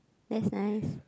that's nice